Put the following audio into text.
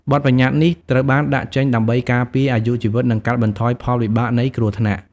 បទប្បញ្ញត្តិនេះ ត្រូវបានដាក់ចេញដើម្បីការពារអាយុជីវិត និងកាត់បន្ថយផលវិបាកនៃគ្រោះថ្នាក់។